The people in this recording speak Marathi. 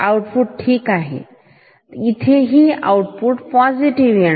आउटपुट ठीक आहे तर इथेही आउटपुट पॉझिटिव्ह असेल